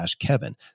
kevin